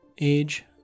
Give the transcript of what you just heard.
Age